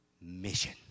mission